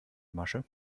masche